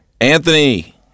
Anthony